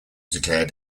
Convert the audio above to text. declared